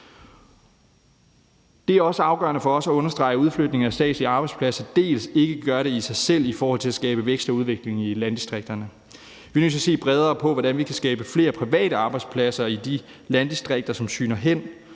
Det er også afgørende for os at understrege, at udflytning af statslige arbejdspladser ikke gør det i sig selv i forhold til at skabe vækst og udvikling i landdistrikterne. Vi er nødt til at se bredere på, hvordan vi kan skabe flere private arbejdspladser i de landdistrikter, som sygner hen,